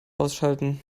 ausschalten